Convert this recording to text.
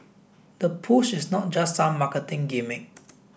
the push is not just some marketing gimmick